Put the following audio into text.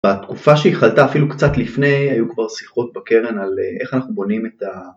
בתקופה שהיא חלתה, אפילו קצת לפני, היו כבר שיחות בקרן על איך אנחנו בונים את ה...